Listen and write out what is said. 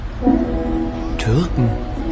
Türken